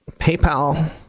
PayPal